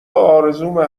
آرزومه